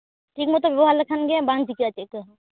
ᱴᱷᱤᱠ ᱢᱚᱛᱳ ᱵᱮᱵᱚᱦᱟᱨ ᱞᱮᱠᱷᱟᱱᱜᱮ ᱵᱟᱝ ᱪᱤᱠᱟᱹᱜᱼᱟ ᱪᱤᱠᱟᱹ ᱦᱚᱸ